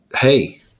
Hey